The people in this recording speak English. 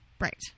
Right